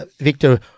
Victor